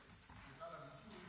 סליחה על הביטוי,